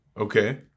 Okay